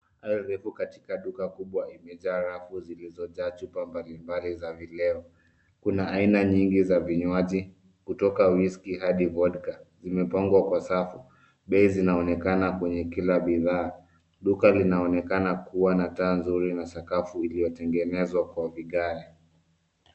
Aisle refu katika duka kubwa imejaa rafu zilizojaa chupa mbali mbali za vileo. Kuna aina nyingi za vinywaji kutoka: whiskey hadi vodka , zimepangwa kwa safu. Bei zinaonekana kwenye kila bidhaa. Duka linaonekana kuwa na taa nzuri na sakafu iliyotengenezwa kwa vigae.